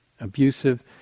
abusive